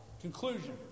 Conclusion